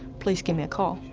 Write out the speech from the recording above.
please give me a call.